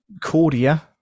cordia